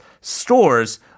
stores